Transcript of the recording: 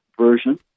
Version